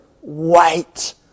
white